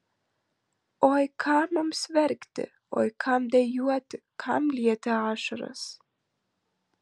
oi kam mums verkti oi kam dejuoti kam lieti ašaras